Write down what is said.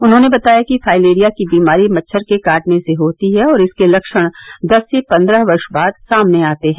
उन्होंने बताया कि फाइलेरिया की बीमारी मच्छर के काटने से होती है और इसके लक्षण दस से पंद्रह वर्ष बाद सामने आते हैं